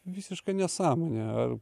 visiška nesąmonė ar